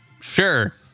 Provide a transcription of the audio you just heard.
Sure